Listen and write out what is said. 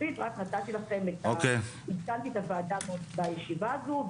רק עדכנתי את הוועדה בישיבה הזו.